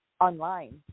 online